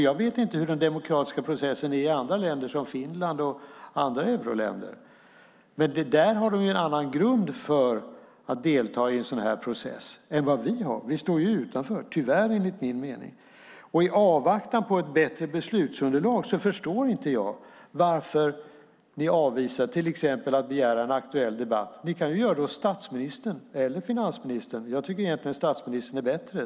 Jag vet inte hur den demokratiska processen är i euroländer, som Finland, men där har de en annan grund för att delta i en sådan här process än vad vi har. Vi står ju utanför - tyvärr, enligt min mening. I avvaktan på ett bättre beslutsunderlag förstår inte jag varför man till exempel avvisar att begära en aktuell debatt. Man kan göra det hos statsministern eller finansministern. Jag tycker egentligen att statsministern är bättre.